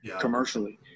commercially